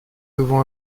devons